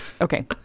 Okay